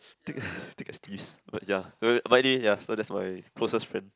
take take a sneeze but ya but anyway ya so that's my closest friend